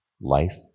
life